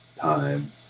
time